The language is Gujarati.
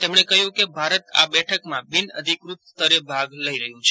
તેમણે કહ્યું કે ભારત આ બેઠકમાં બિનઅધિકૃત સ્તરે ભાગ લઇ રહ્યું છે